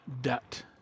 debt